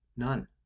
none